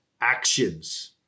Actions